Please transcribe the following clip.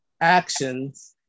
actions